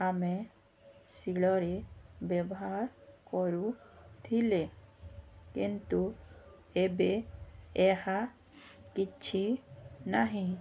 ଆମେ ଶିଳରେ ବ୍ୟବହାର କରୁଥିଲେ କିନ୍ତୁ ଏବେ ଏହା କିଛି ନାହିଁ